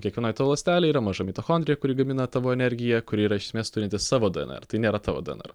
kiekvienoj tavo ląstelėj yra maža mitochondrija kuri gamina tavo energiją kuri yra iš esmės turinti savo d en er tai nėra tavo d en er